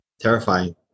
Terrifying